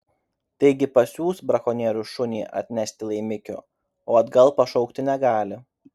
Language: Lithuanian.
taigi pasiųs brakonierius šunį atnešti laimikio o atgal pašaukti negali